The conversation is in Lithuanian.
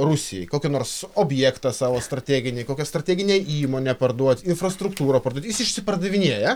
rusijai kokį nors objektą savo strateginį kokią strateginę įmonę parduot infrastruktūrą parduot jis išsipardavinėja